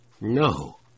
No